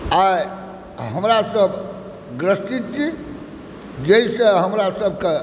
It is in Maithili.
आइ हमरासभ ग्रसित छी जाहिसँ हमरा सभके